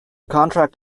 contract